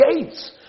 gates